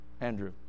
Andrew